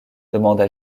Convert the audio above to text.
demanda